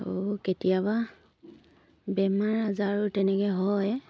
আৰু কেতিয়াবা বেমাৰ আজাৰো তেনেকৈ হয়